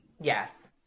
Yes